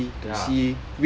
ya